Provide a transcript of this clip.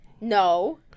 No